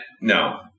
No